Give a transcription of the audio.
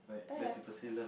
perhaps